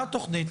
מה התוכנית?